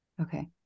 Okay